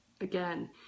again